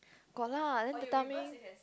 got lah then the timing